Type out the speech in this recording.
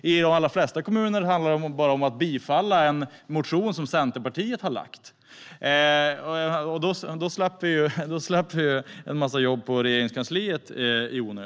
I de allra flesta kommuner handlar det bara om att bifalla en motion som Centerpartiet har lagt fram. Då skulle man slippa en massa onödigt jobb på Regeringskansliet.